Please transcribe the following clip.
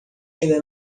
ainda